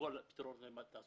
למצוא להם פתרון לתעסוקה,